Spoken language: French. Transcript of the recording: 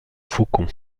faucon